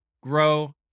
grow